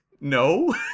No